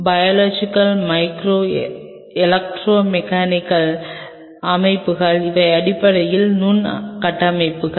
biological micro electro mechanical அமைப்புகள் இவை அடிப்படையில் நுண் கட்டமைப்புகள்